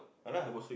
ah lah